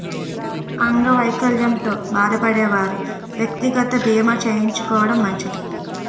అంగవైకల్యంతో బాధపడే వారు వ్యక్తిగత బీమా చేయించుకోవడం మంచిది